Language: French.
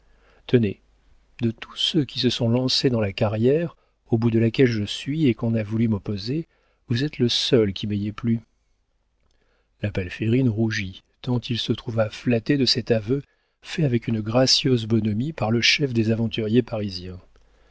tenez de tous ceux qui se sont lancés dans la carrière au bout de laquelle je suis et qu'on a voulu m'opposer vous êtes le seul qui m'ayez plu la palférine rougit tant il se trouva flatté de cet aveu fait avec une gracieuse bonhomie par le chef des aventuriers parisiens